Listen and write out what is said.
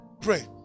Pray